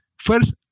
first